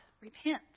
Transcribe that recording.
repent